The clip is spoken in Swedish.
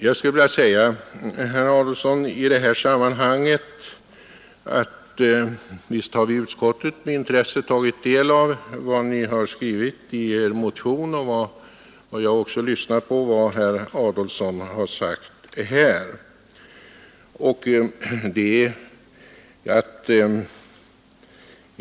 Jag skulle i detta sammanhang vilja säga till herr Adolfsson, att visst har vi i utskottet med intresse tagit del av vad ni har skrivit i er motion. Jag har också lyssnat på vad herr Adolfsson har sagt.